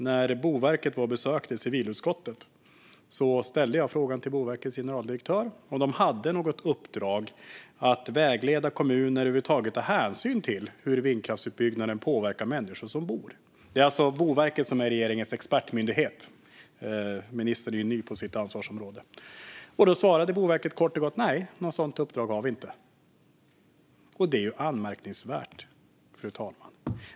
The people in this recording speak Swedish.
När Boverket besökte civilutskottet frågade jag Boverkets generaldirektör om de hade något uppdrag att vägleda kommuner när det gäller att över huvud taget ta hänsyn till hur vindkraftsutbyggnaden påverkar människor som bor i närheten. Det är alltså Boverket som är regeringens expertmyndighet - ministern är ju ny på sitt ansvarsområde. Då svarade Boverket kort och gott: Nej, något sådant uppdrag har vi inte. Det är anmärkningsvärt, fru talman.